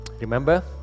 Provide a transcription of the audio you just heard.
remember